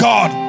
God